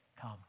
Come